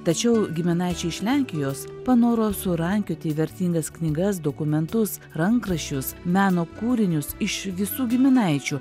tačiau giminaičiai iš lenkijos panoro surankioti vertingas knygas dokumentus rankraščius meno kūrinius iš visų giminaičių